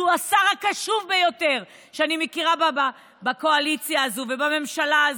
שהוא השר הקשוב ביותר שאני מכירה בקואליציה הזו ובממשלה הזו.